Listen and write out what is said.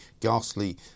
ghastly